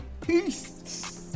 Peace